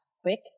quick